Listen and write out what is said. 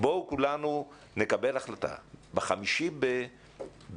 בואו כולנו נקבל החלטה שב-5 בפברואר,